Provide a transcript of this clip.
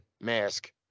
mask